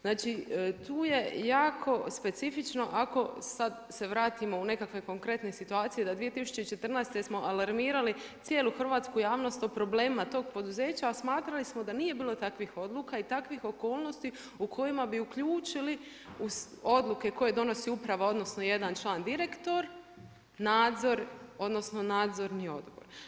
Znači, tu je jako specifično ako sad se vratimo u nekakve konkretne situacije da 2014. smo alarmirali cijelu hrvatsku javnost o problemima tog poduzeća, a smatrali smo da nije bilo takvih odluka i takvih okolnosti u kojima bi uključili odluke koje donosi uprava, odnosno jedan član direktor nadzor odnosno Nadzorni odbor.